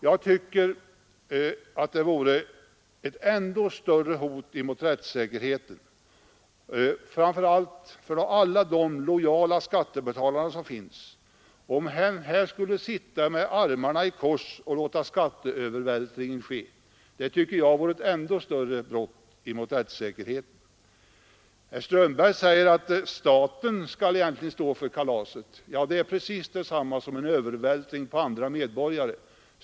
Jag tycker att det vore ett ändå större hot mot rättssäkerheten, framför allt för alla lojala skattebetalare, om man här skulle sitta med armarna i kors och låta skatteövervältringen ske. Herr Strömberg sade att egentligen skall staten stå för kalaset. Det är precis detsamma som en övervältring på andra medborgare.